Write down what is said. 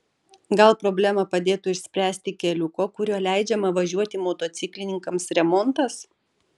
gal problemą padėtų išspręsti keliuko kuriuo leidžiama važiuoti motociklininkams remontas